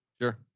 Sure